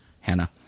Hannah